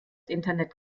internet